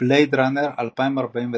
"בלייד ראנר 2049",